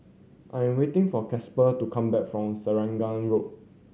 I am waiting for Casper to come back from Selarang Road